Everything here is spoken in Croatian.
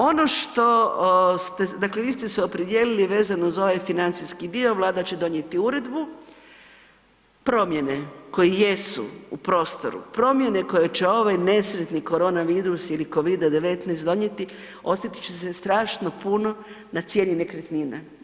Ono što, dakle vi ste se opredijelili vezano za ovaj financijski dio, Vlada će donijeti uredbu, promjene koje jesu u prostoru promjene koje će ovaj nesretni koronavirus ili COVID-19 donijeti, osjetit će se strašno puno na cijene nekretnine.